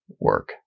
work